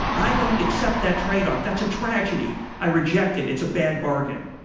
i don't accept that tradeoff. that's a tragedy. i reject it. it's a bad bargain.